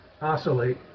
oscillate